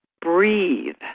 Breathe